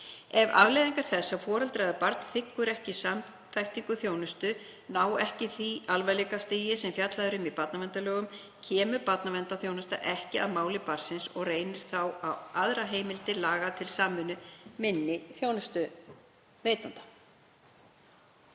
Ef afleiðingar þess að foreldri eða barn þiggur ekki samþættingu þjónustu ná ekki því alvarleikastigi sem fjallað er um í barnaverndarlögum kemur barnaverndarþjónusta ekki að máli barnsins og reynir þá á aðrar heimildir laga til samvinnu minni þjónustuveitenda.